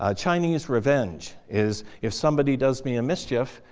ah chinese revenge is if somebody does me a mischief,